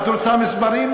את רוצה מספרים?